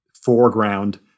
foreground